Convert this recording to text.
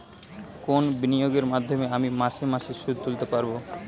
কোন বিনিয়োগের মাধ্যমে আমি মাসে মাসে সুদ তুলতে পারবো?